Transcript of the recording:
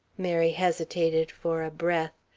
mary hesitated for a breath.